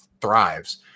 thrives